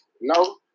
No